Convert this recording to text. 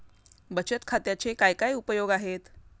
बचत खात्याचे काय काय उपयोग आहेत?